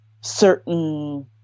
certain